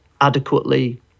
adequately